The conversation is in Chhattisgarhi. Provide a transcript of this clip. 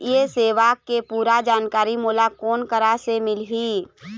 ये सेवा के पूरा जानकारी मोला कोन करा से मिलही?